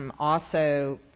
um also,